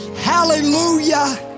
hallelujah